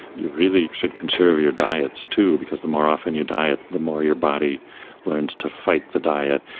you really should conserve your diets too because the more often you diet the more your body learns to fight the diet.